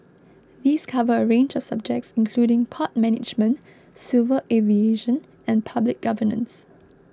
these cover a range of subjects including port management civil aviation and public governance